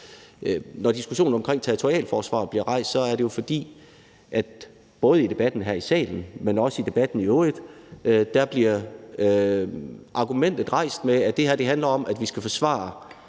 Når diskussionen omkring territorialforsvar bliver rejst, er det jo, fordi argumentet under debatten her i salen, men også i debatten i øvrigt, bliver rejst om, at det her handler om, at vi skal forsvare